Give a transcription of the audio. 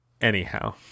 anyhow